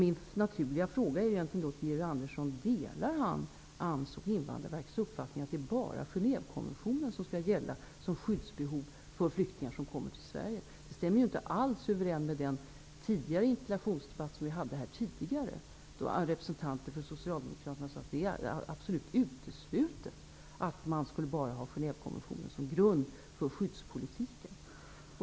En naturlig fråga till Georg Andersson är om han delar AMS och Invandrarverkets uppfattning att det bara är Genèvekonventionen som skall gälla som grund för skyddsbehovet för flyktingar som kommer till Sverige. Det stämmer inte alls överens med vad som sades i en tidigare interpellationsdebatt, då representanter för Socialdemokraterna sade att det absolut är uteslutet att bara ha Genèvekonventionen som grund för skyddspolitiken.